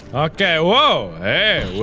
okay, whoa hey,